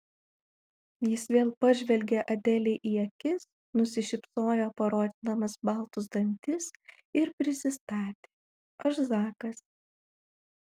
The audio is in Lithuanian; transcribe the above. jis vėl pažvelgė adelei į akis nusišypsojo parodydamas baltus dantis ir prisistatė aš zakas